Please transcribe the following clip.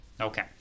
Okay